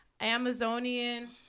Amazonian